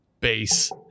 base